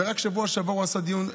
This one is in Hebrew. ורק בשבוע שעבר הוא עשה דיון.